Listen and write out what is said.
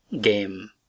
game